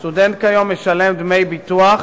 כיום סטודנט משלם דמי ביטוח